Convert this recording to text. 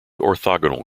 orthogonal